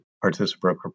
Participate